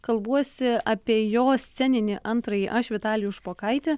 kalbuosi apie jo sceninį antrąjį aš vitalijų špokaitį